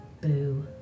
Boo